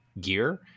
gear